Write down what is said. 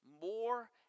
more